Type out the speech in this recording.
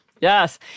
Yes